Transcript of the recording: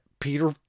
Peter